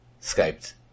Skyped